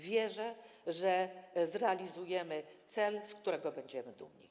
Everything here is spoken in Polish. Wierzę, że zrealizujemy cel, z którego będziemy dumni.